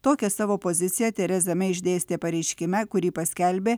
tokią savo poziciją tereza mei išdėstė pareiškime kurį paskelbė